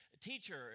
Teacher